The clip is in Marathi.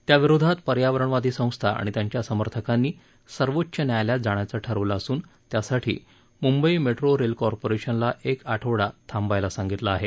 त्याविरोधात पर्यावरणवादी संस्था आणि त्यांच्या समर्थकांनी सर्वोच्च न्यायालयात जाण्याचं ठरवलं असून त्यासाठी मुंबई मेट्रो रेल प्राधिकरणाला एक आठवडा थांबायला सांगितलं आहे